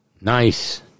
Nice